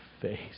face